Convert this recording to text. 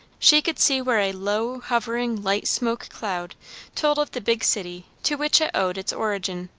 she could see where a low, hovering, light smoke cloud told of the big city to which it owed its origin.